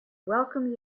welcome